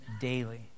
daily